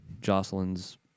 Jocelyn's